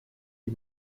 die